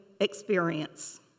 experience